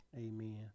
Amen